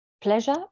pleasure